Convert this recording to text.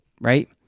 right